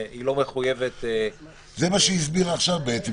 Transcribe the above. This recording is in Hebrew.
היא לא מחויבת --- זה מה שהיא הסבירה עכשיו בעצם.